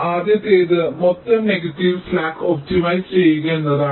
ആദ്യത്തേത് മൊത്തം negative slack optimise ചെയ്യുക എന്നതാണ്